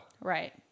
Right